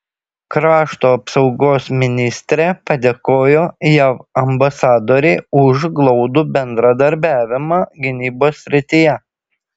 krašto apsaugos ministrė padėkojo jav ambasadorei už glaudų bendradarbiavimą gynybos srityje